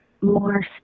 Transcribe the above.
more